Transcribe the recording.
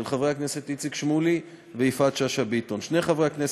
של חברת הכנסת שולי מועלם-רפאלי וקבוצת חברי הכנסת,